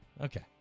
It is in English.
Okay